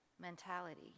mentality